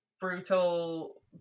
brutal